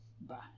Bye